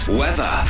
weather